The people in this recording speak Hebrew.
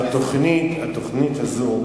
שהתוכנית הזאת